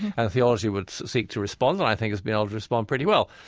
and theology would seek to respond, and i think it's been able to respond pretty well.